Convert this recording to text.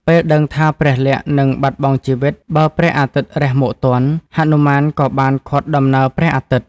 ពេលដឹងថាព្រះលក្សណ៍នឹងបាត់បង់ជីវិតបើព្រះអាទិត្យរះមកទាន់ ហនុមានក៏បានឃាត់ដំណើរព្រះអាទិត្យ។